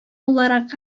буларак